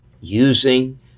using